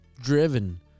driven